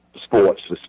sports